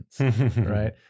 right